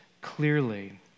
clearly